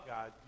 God